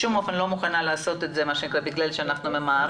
בשום אופן אני לא מוכנה לעשות את זה בגלל שאנחנו ממהרים.